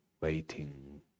waiting